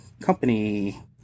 company